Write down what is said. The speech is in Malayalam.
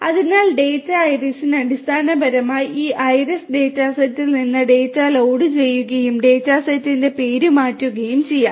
അതിനാൽ ഡാറ്റ ഐറിസ് അടിസ്ഥാനപരമായി ഈ ഐറിസ് ഡാറ്റാസെറ്റിൽ നിന്ന് ഡാറ്റ ലോഡ് ചെയ്യുകയും ഡാറ്റ സെറ്റിന്റെ പേരുമാറ്റുകയും ചെയ്യാം